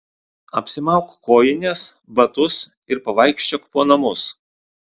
apsimauk kojines batus ir pavaikščiok po namus